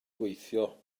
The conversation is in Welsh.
gweithio